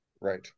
Right